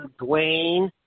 Dwayne